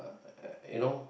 you know